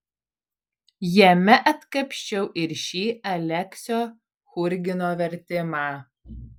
jame atkapsčiau ir šį aleksio churgino vertimą